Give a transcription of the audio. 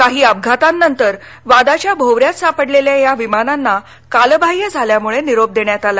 काही अपघातानंतर वादाच्या भोवऱ्यात सापडलेल्या ह्या विमानांना कालबाह्य झाल्यामुळे निरोप देण्यात आला